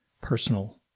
personal